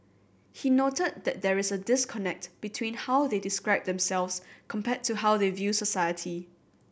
he noted that there is a disconnect between how they describe themselves compared to how they view society